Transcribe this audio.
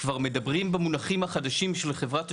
כבר מדברים במנוחים החדשים של חברת תשלומים.